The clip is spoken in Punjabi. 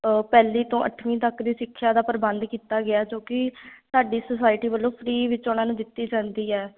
ਪਹਿਲੀ ਤੋਂ ਅੱਠਵੀਂ ਤੱਕ ਦੀ ਸਿੱਖਿਆ ਦਾ ਪ੍ਰਬੰਧ ਕੀਤਾ ਗਿਆ ਜੋ ਕਿ ਸਾਡੀ ਸੋਸਾਇਟੀ ਵੱਲੋਂ ਫਰੀ ਵਿੱਚ ਉਹਨਾਂ ਨੂੰ ਦਿੱਤੀ ਜਾਂਦੀ ਹੈ